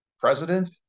president